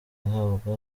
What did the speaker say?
yahabwa